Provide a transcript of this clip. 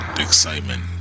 excitement